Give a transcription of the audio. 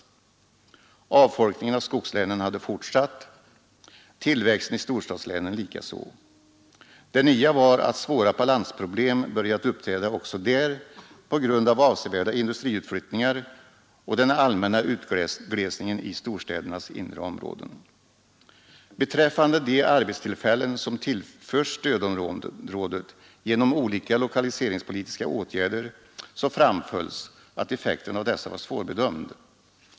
Avfolkningen av skogslänen hade fortsatt — tillväxten i storstadslänen likaså. Det nya var att svåra balansproblem börjat uppträda också där, på grund av avsevärda industriutflyttningar och den allmänna utglesningen i storstädernas inre områden. Beträffande de arbetstillfällen som tillförts stödområdet genom olika lokaliseringspolitiska åtgärder så framhölls att effekten av dessa var svårbedömd.